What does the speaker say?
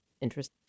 interest